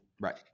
Right